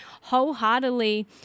wholeheartedly